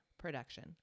production